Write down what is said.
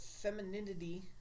femininity